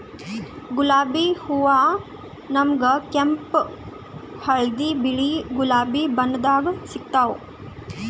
ಗುಲಾಬಿ ಹೂವಾ ನಮ್ಗ್ ಕೆಂಪ್ ಹಳ್ದಿ ಬಿಳಿ ಗುಲಾಬಿ ಬಣ್ಣದಾಗ್ ಸಿಗ್ತಾವ್